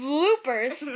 Bloopers